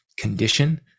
condition